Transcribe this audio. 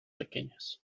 pequeñas